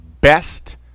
best